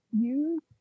use